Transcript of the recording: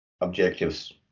objectives